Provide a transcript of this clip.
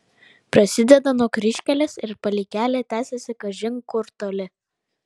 prasideda nuo kryžkelės ir palei kelią tęsiasi kažin kur toli